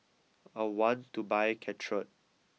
I want to buy Caltrate